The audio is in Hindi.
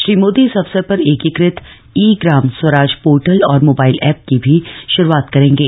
श्री मोदी इस अवसर पर एकीकृत ई ग्राम स्वराज पोर्टल और मोबाइल ऐप की भी शुरूआत करेंगे